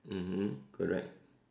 mmhmm correct